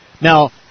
Now